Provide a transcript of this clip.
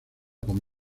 con